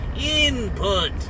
Input